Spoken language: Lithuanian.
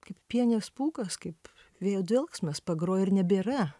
kaip pienės pūkas kaip vėjo dvelksmas pagroji ir nebėra